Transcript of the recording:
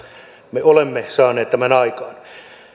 me olemme saaneet tämän aikaan